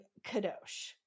Kadosh